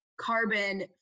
carbon